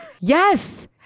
Yes